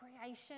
creation